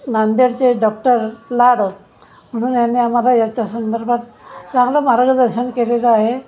नांदेडचे डॉक्टर लाड म्हणून यांनी आम्हाला याच्या संदर्भात चांगलं मार्गदर्शन केलेलं आहे